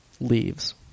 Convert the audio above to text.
Leaves